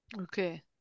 Okay